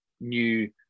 new